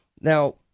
Now